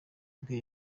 bwe